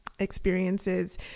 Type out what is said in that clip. Experiences